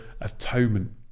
atonement